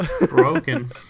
broken